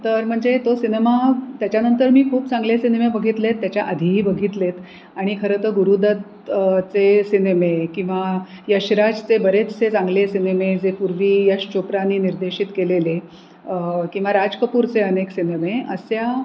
तर म्हणजे तो सिनेमा त्याच्यानंतर मी खूप चांगले सिनेमे बघितलेत त्याच्या आधीही बघितलेत आणि खरंत गुरुदत चे सिनेमे किंवा यशराजचे बरेचसे चांगले सिनेमे जे पूर्वी यश चोप्रानी निर्देशित केलेले किंवा राज कपूरचे अनेक सिनेमे अशा